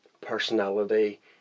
personality